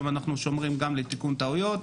אנחנו שומרים גם לתיקון טעויות.